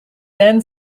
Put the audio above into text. then